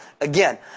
again